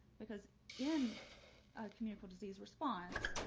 because in a communicable disease response,